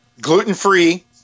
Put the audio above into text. Gluten-free